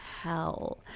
hell